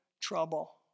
trouble